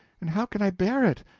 and how can i bear it?